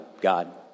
God